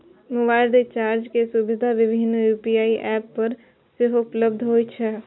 mobile recharge के सुविधा विभिन्न यू.पी.आई एप पर सेहो उपलब्ध होइ छै